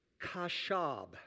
kashab